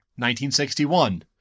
1961